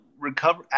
Recover